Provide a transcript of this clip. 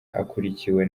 akurikiwe